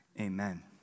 Amen